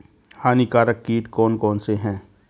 हानिकारक कीट कौन कौन से हैं?